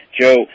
Joe